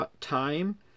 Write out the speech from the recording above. time